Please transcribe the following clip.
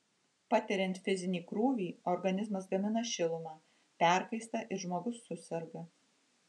patiriant fizinį krūvį organizmas gamina šilumą perkaista ir žmogus suserga